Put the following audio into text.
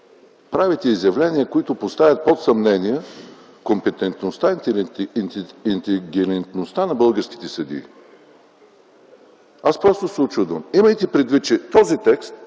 правите изявления, които поставят под съмнение компетентността и интелигентността на българските съдии?! Просто се учудвам! Имайте предвид, че този текст